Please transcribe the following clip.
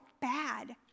bad